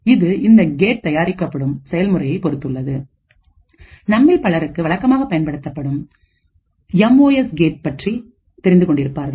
இது இந்த கேட் தயாரிக்கப்படும் செயல்முறையைப் பொறுத்துள்ளது நம்மில் பலருக்கு வழக்கமாக பயன்படுத்தப்படும் எம்ஓஎஸ் கேட் பற்றி தெரிந்து கொண்டிருப்பார்கள்